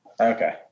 Okay